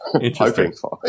Interesting